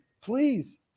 Please